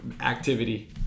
activity